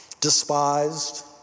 despised